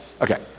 Okay